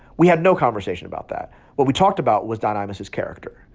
we had no conversation about that. what we talked about was don imus's character.